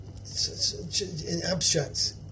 abstract